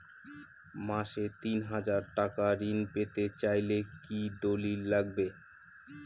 মাসে তিন হাজার টাকা ঋণ পেতে চাইলে কি দলিল লাগবে?